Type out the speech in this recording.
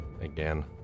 again